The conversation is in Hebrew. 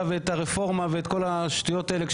ואת הרפורמה ואת כל השטויות האלה.